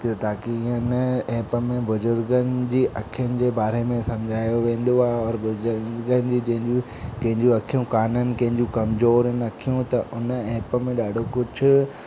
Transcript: की ताकि ईअं न ऐप में बुजुर्गनि जी अखियुनि जे बारे में सम्झायो वेंदो आहे ऐं बुजर्गनि जी जंहिंजियूं कंहिंजियूं अखियुनि कोन्हनि कंहिंजियूं कमजोरु इन अखियुनि त उन ऐप में ॾाढो कुझु